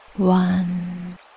One